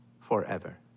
forever